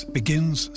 begins